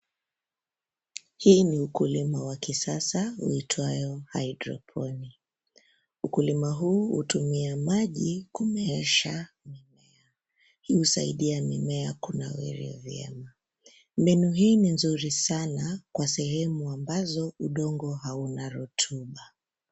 Huu ni ukulima wa kisasa huitwao hydroponic. Ukulima huu hutumia maji kumeesha mimea, hii husaidia mimea kunawiri vyema. Mbinu hii ni nzuri sana kwa sehemu ambazo udongo hauna rutuba.